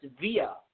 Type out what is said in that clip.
via